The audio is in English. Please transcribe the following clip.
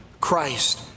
Christ